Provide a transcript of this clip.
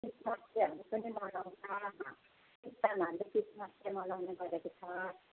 Christmas डेहरू पनि मनाउँछ क्रिस्चियनहरूले क्रिसमस डे मनाउने गरेको छ